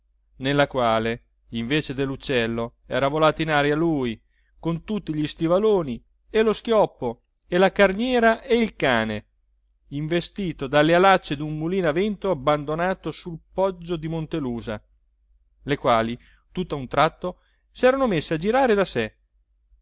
nella quale invece delluccello era volato in aria lui con tutti gli stivaloni e lo schioppo e la carniera e il cane investito dalle alacce dun mulino a vento abbandonato sul poggio di montelusa le quali tutta un tratto serano messe a girare da sé